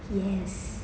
yes